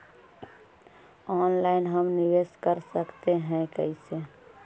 Online हम निवेश कर सकते है, कैसे?